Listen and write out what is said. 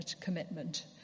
commitment